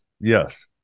Yes